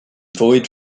void